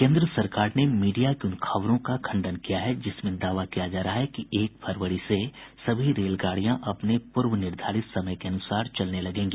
केन्द्र सरकार ने मीडिया की उन खबरों का खंडन किया है जिसमें दावा किया जा रहा है कि एक फरवरी से सभी रेलगाड़ियां अपने पूर्व निर्धारित समय के अनुसार चलने लगेंगी